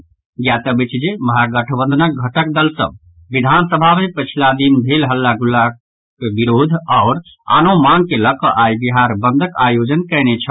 ज्ञातव्य अछि जे महागठबंधनक घटक दल सभ विधानसभा मे पछिला दिन भेल हल्लागुल्लाक विरोध आओर आनो मांग के लऽ कऽ आई बिहार बंदक आयोजन कयने छल